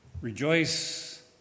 Rejoice